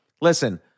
listen